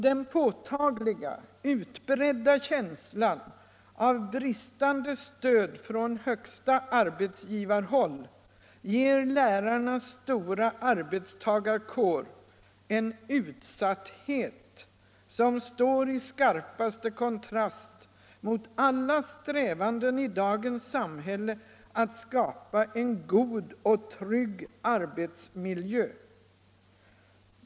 Den påtagliga, utbredda känslan av bristande stöd från högsta arbetsgivarhåll ger lärarnas stora arbetstagarkår en utsatthet som står i skarpaste kontrast mot alla strävanden i dagens samhälle att skapa en god och trygg arbetsmiljö.